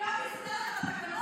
אני גם אסדר את התקנון ואני גם,